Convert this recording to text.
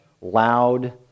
loud